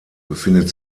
befindet